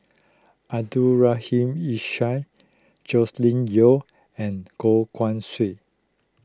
Abdul Rahim Ishak Joscelin Yeo and Goh Guan Siew